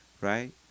right